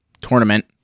tournament